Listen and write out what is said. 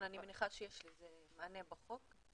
אני מניחה שיש לזה מענה בחוק.